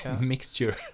mixture